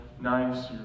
nice